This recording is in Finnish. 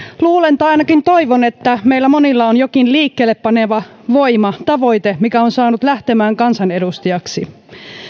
luulen tai ainakin toivon että meillä monilla on jokin liikkeelle paneva voima tavoite mikä on saanut lähtemään kansanedustajaksi